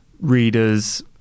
readers